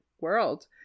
world